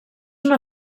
una